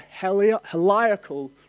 heliacal